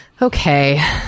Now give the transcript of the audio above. Okay